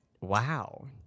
Wow